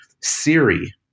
Siri